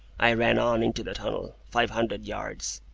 i ran on into the tunnel, five hundred yards.